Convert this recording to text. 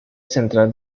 central